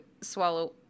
swallow